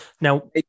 Now